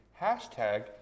Hashtag